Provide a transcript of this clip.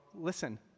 listen